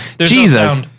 jesus